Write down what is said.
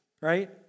right